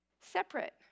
Separate